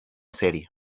serie